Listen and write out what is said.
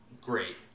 Great